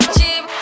cheap